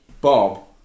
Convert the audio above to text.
Bob